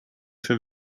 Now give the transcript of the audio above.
für